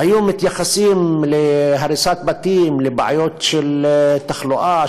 היו מתייחסים להריסת בתים ולבעיות של תחלואה,